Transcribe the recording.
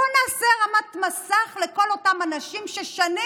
בואו נעשה הרמת מסך לכל אותם אנשים ששנים